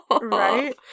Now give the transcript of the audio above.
Right